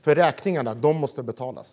Deras räkningar måste nämligen betalas.